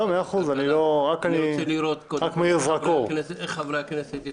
אני רוצה לראות קודם כול איך חברי הכנסת יתפקדו.